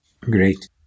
Great